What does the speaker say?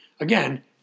Again